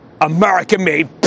American-made